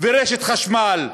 ורשת חשמל.